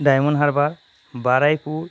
diamond Harbour Baruipur